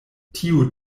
tio